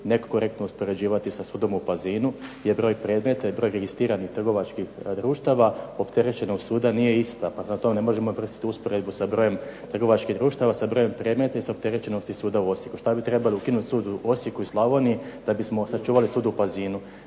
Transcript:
nekorektno uspoređivati sa sudom u Pazinu jer broj predmeta i broj registriranih trgovačkih društava opterećenog suda nije ista. Prema tome, ne možemo uvrstiti usporedbu sa brojem trgovačkih društava sa brojem predmeta i sa opterećenosti suda u Osijeku. Šta bi trebali ukinuti sud u Osijeku i Slavoniji da bismo sačuvali sud u Pazinu.